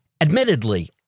Admittedly